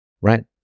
Right